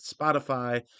Spotify